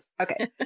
Okay